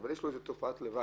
רק יש לו תופעת לוואי.